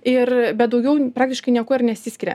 ir bet daugiau praktiškai niekuo ir nesiskiria